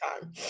time